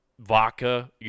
Vodka